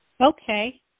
Okay